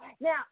Now